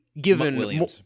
Given